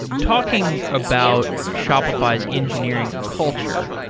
talking about shopify's engineering culture,